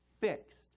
fixed